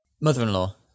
Mother-in-law